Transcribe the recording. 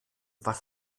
was